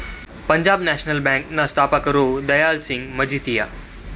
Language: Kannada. ಪಂಜಾಬ್ ನ್ಯಾಷನಲ್ ಬ್ಯಾಂಕ್ ನ ಸ್ಥಾಪಕರು ದಯಾಳ್ ಸಿಂಗ್ ಮಜಿತಿಯ